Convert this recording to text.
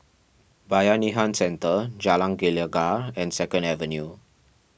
Bayanihan Centre Jalan Gelegar and Second Avenue